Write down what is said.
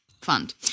Fund